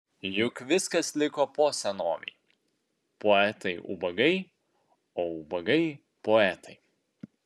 juk viskas liko po senovei poetai ubagai o ubagai poetai